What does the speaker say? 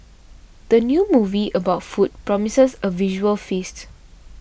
the new movie about food promises a visual feast